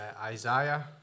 Isaiah